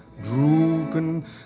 drooping